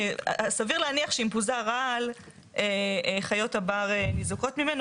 סביר להניח שאם פוזר רעל חיות הבר ניזוקות ממנו